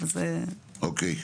אוקיי.